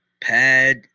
pad